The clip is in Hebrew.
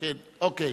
כן, אוקיי.